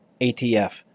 ATF